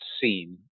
scene